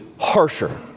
harsher